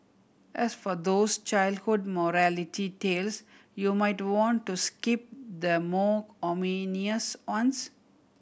as for those childhood morality tales you might want to skip the more ominous ones